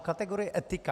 Kategorie etika.